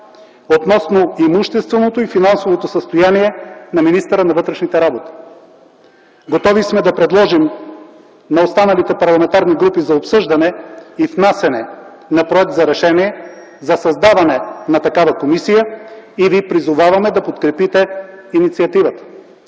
относно имущественото и финансовото състояние на министъра на вътрешните работи. Готови сме да предложим на останалите парламентарни групи за обсъждане и внасяне на проект за решение за създаване на такава комисия и ви призоваваме да подкрепите инициативата.